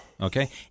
Okay